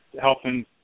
helping